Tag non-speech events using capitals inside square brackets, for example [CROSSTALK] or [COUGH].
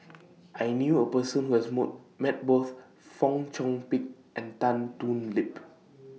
[NOISE] I knew A Person Who has mood Met Both Fong Chong Pik and Tan Thoon Lip [NOISE]